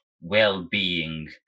well-being